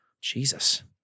Jesus